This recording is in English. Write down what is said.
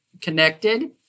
connected